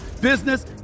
business